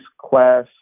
class